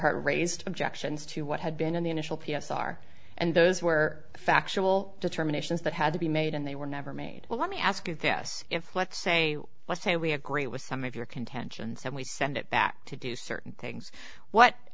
heart raised objections to what had been in the initial p s r and those were factual determinations that had to be made and they were never made well let me ask you this if let's say let's say we agree with some of your contentions and we send it back to do certain things what